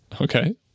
Okay